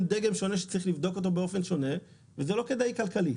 דגם שונה שצריך לבדוק אותו באופן שונה וזה לא כדאי כלכלית.